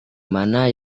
mana